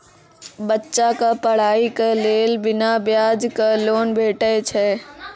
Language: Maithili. बच्चाक पढ़ाईक लेल बिना ब्याजक लोन भेटै छै?